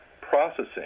processing